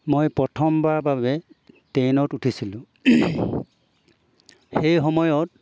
মই প্ৰথমবাৰ বাবে ট্ৰেইনত উঠিছিলোঁ সেই সময়ত